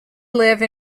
live